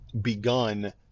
begun